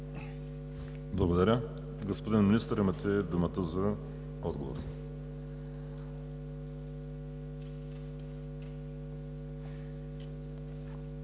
Благодаря. Господин Министър, имате думата за отговор.